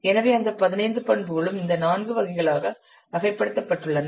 எனவே அந்த 15 பண்புகளும் இந்த நான்கு வகைகளாக வகைப்படுத்தப்பட்டுள்ளன